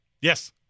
yes